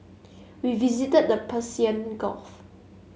we visited the Persian Gulf